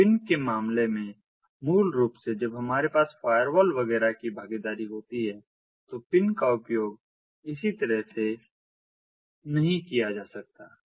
तो पिन के मामले में मूल रूप से जब हमारे पास फायरवॉल वगैरह की भागीदारी होती है तो पिन का उपयोग इस तरह से नहीं किया जा सकता है